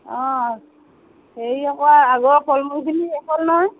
অঁ হেৰি আক আগৰ ফল মূলখিনি শেষ হ'ল নহয়